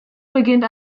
beginnt